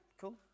cool